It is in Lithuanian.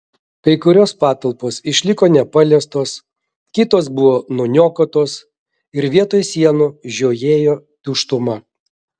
kai kurios patalpos išliko nepaliestos kitos buvo nuniokotos ir vietoj sienų žiojėjo tuštuma